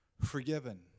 forgiven